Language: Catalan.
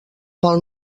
pel